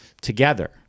together